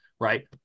right